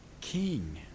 king